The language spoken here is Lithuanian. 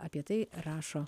apie tai rašo